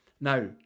now